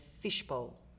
fishbowl